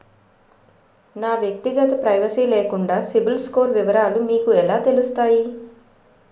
నా వ్యక్తిగత ప్రైవసీ లేకుండా సిబిల్ స్కోర్ వివరాలు మీకు ఎలా తెలుస్తాయి?